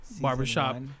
Barbershop